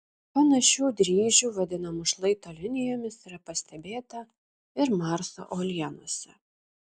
panašių dryžių vadinamų šlaito linijomis yra pastebėta ir marso uolienose